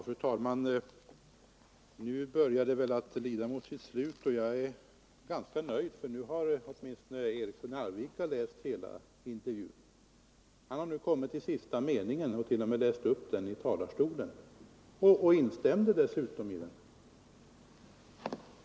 Fru talman! Nu börjar debatten väl lida mot sitt slut. Jag är ganska nöjd, för nu har åtminstone herr Eriksson i Arvika läst hela intervjun. Han har nu kommit till sista meningen; han har t.o.m. läst upp den i talarstolen och instämde dessutom i vad där stod.